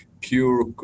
pure